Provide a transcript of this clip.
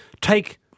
Take